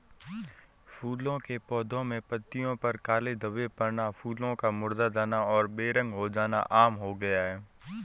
फूलों के पौधे में पत्तियों पर काले धब्बे पड़ना, फूलों का मुरझा जाना और बेरंग हो जाना आम हो गया है